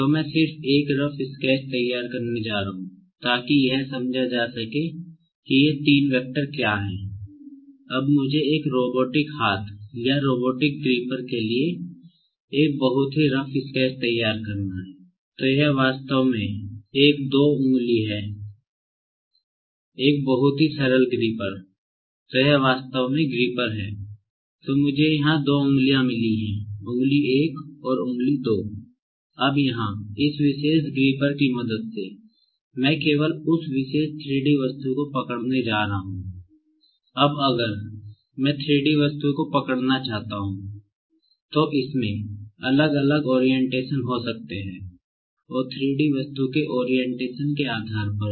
तो मैं सिर्फ एक रफ स्केच तैयार करने जा रहा हूं ताकि यह समझा जा सके कि ये तीन वैक्टर क्या हैं